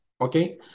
Okay